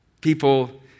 people